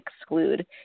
exclude